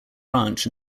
ranch